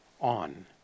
on